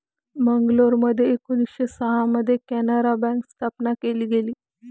मंगलोरमध्ये एकोणीसशे सहा मध्ये कॅनारा बँक स्थापन केली गेली